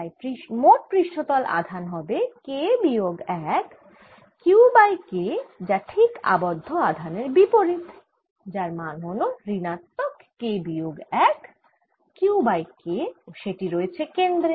তাই মোট পৃষ্ঠতল আধান হবে K বিয়োগ 1 Q বাই K যা ঠিক আবদ্ধ আধানের বিপরীত যার মান হল ঋণাত্মক K বিয়োগ 1 Q বাই K ও সেটি রয়েছে কেন্দ্রে